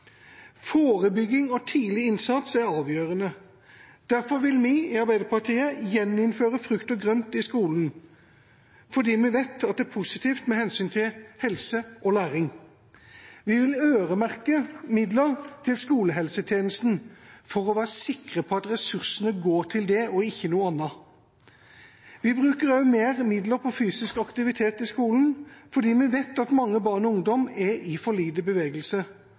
Forebygging og tidlig innsats er avgjørende. Derfor vil vi i Arbeiderpartiet gjeninnføre frukt og grønt i skolen – fordi vi vet at det er positivt med hensyn til helse og læring. Vi vil øremerke midler til skolehelsehelsetjenesten for å være sikker på at ressursene går til dette og ikke til noe annet. Vi vil også bruke mer midler på fysisk aktivitet i skolen fordi vi vet at mange barn og ungdom er for lite i bevegelse